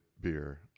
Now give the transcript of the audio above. beer